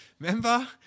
Remember